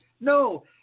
No